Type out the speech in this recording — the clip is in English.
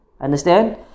Understand